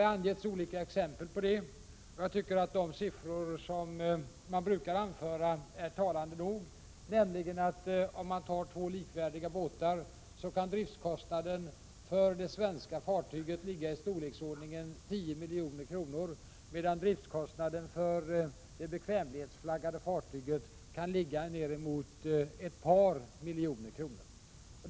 Det har givits olika exempel på det — jag tycker att de siffror som man brukar anföra är talande nog: Om man jämför två likvärdiga båtar kan driftkostnaderna för det svenska fartyget ligga i storleksordningen 10 milj.kr., medan driftkostnaden för det bekvämlighetsflaggade fartyget kan ligga på ett par miljoner kronor.